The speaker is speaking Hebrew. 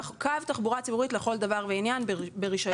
קו תחבורה ציבורית לכל דבר ועניין ברישיון